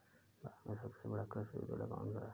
भारत में सबसे बड़ा कृषि विश्वविद्यालय कौनसा है?